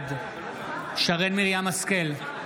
בעד שרן מרים השכל,